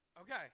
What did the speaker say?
Okay